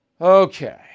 Okay